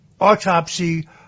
autopsy